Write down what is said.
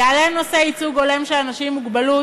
יעלה נושא ייצוג הולם של אנשים עם מוגבלות